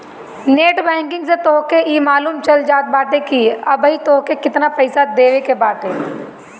net banking से तोहके इ मालूम चल जात बाटे की अबही तोहके केतना पईसा देवे के बाटे